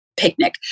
picnic